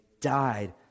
died